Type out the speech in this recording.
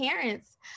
parents